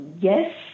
yes